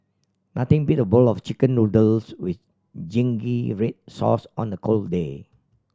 nothing beat a bowl of Chicken Noodles with zingy red sauce on a cold day